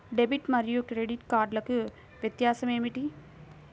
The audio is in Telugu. డెబిట్ మరియు క్రెడిట్ కార్డ్లకు వ్యత్యాసమేమిటీ?